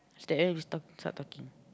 cause like that we stop start talking